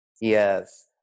Yes